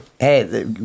Hey